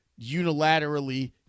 unilaterally